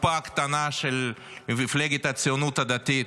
הקופה הקטנה של מפלגת הציונות הדתית,